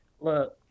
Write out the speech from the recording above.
Look